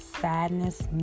sadness